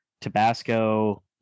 tabasco